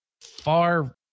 far